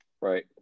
Right